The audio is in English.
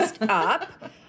up